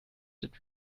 did